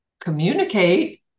communicate